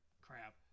crap